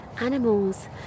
animals